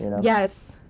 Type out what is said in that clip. Yes